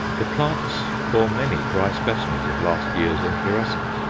the plants bore many dry specimens of last year's inflorescence,